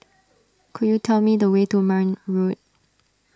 could you tell me the way to Marne Road